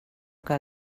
que